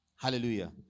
Hallelujah